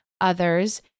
others